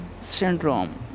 Syndrome